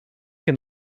can